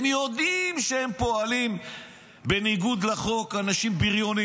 הם יודעים שהם פועלים בניגוד לחוק, אנשים בריונים.